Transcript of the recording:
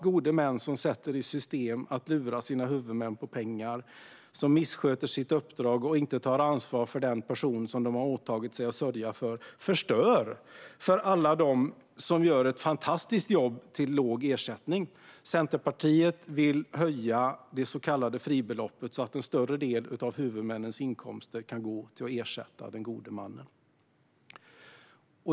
Gode män som sätter i system att lura sina huvudmän på pengar eller missköter sitt uppdrag och inte tar ansvar för den person som de har åtagit sig att sörja för förstör för alla dem som gör ett fantastiskt jobb till låg ersättning. Centerpartiet vill höja det så kallade fribeloppet, så att en större del av huvudmännens inkomster kan gå till att ersätta den gode mannen.